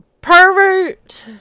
pervert